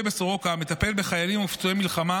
בסורוקה המטפל בחיילים ופצועי מלחמה,